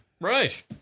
Right